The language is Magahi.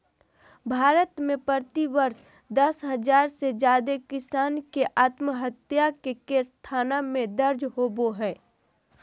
भारत में प्रति वर्ष दस हजार से जादे किसान के आत्महत्या के केस थाना में दर्ज होबो हई